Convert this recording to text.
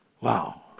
Wow